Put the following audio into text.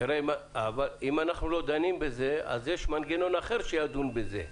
אם אנחנו לא דנים בזה אז יש מנגנון אחר שידון בזה.